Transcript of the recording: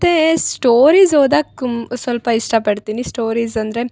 ತ್ತೇ stories ಓದಾಕೆ ಕುಮ್ ಸ್ವಲ್ಪ ಇಷ್ಟ ಪಡ್ತೀನಿ ಸ್ಟೋರೀಸ್ ಅಂದರೆ